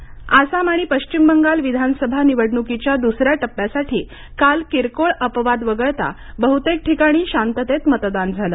विधानसभा निवडणूक आसाम आणि पश्चिम बंगाल विधानसभा निवडणुकीच्या दुसऱ्या टप्प्यासाठी काल किरकोळ अपवाद वगळता बह्तेक ठिकाणी शांततेत मतदान झालं